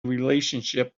relationship